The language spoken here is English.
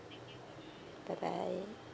bye bye